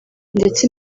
ndetse